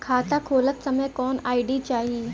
खाता खोलत समय कौन आई.डी चाही?